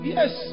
Yes